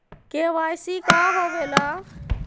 KYC का होवेला?